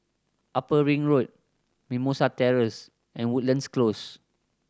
Upper Ring Road Mimosa Terrace and Woodlands Close